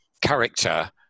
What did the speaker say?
character